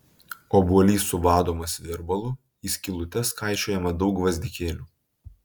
obuolys subadomas virbalu į skylutes kaišiojama daug gvazdikėlių